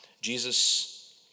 Jesus